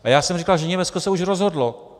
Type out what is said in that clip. A já jsem říkal, že Německo se už rozhodlo.